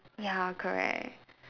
ya correct